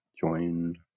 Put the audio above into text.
join